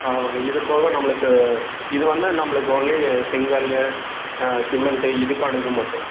ஆ இது போக நம்மளுக்கு இது வந்து நம்மளுக்கு ஒன்லி செங்கல் ஆ சிமெண்ட்டு இதற்கானது இது மட்டும்